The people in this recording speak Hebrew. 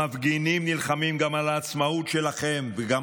המפגינים נלחמים גם על העצמאות שלכם וגם